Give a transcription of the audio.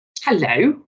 Hello